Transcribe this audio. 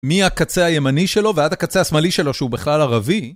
מהקצה הימני שלו ועד הקצה השמאלי שלו, שהוא בכלל ערבי.